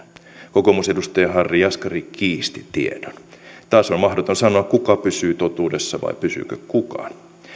kokoomusedustaja harri jaskari kiisti tiedon taas on mahdoton sanoa kuka pysyy totuudessa vai pysyykö kukaan